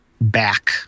back